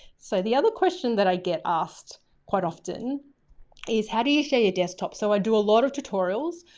so the other question that i get asked quite often is how do you share your desktop? so i do a lot of tutorials.